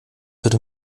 würde